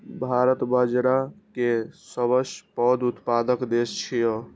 भारत बाजारा के सबसं पैघ उत्पादक देश छियै